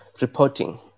reporting